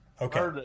Okay